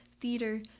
theater